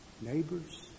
Neighbors